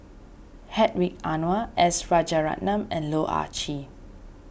Hedwig Anuar S Rajaratnam and Loh Ah Chee